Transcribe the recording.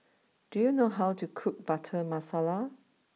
do you know how to cook Butter Masala